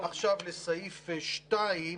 עכשיו בסעיף 2,